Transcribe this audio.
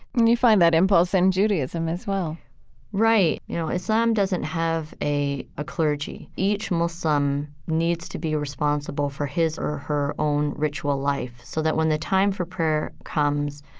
and you find that impulse in judaism as well right. you know, islam doesn't have a ah clergy. each muslim needs to be responsible for his or her own ritual life, so that when the time for prayer comes,